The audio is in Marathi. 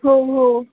हो हो